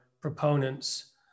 proponents